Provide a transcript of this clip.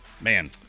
man